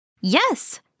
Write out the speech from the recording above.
Yes